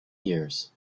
years